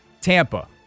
Tampa